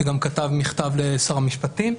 שגם כתב מכתב לשר המשפטים.